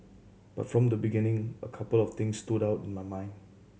but from the beginning a couple of things stood out in my mind